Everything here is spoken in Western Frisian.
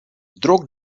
drok